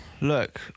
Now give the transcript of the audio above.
Look